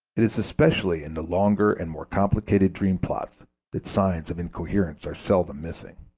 it is especially in the longer and more complicated dream-plots that signs of incoherence are seldom missing.